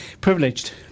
privileged